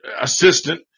assistant